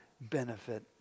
benefit